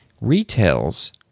retails